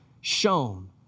shown